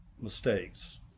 mistakes